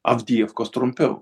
avdijiefkos trumpiau